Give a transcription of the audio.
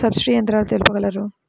Subsidy యంత్రాలు తెలుపగలరు?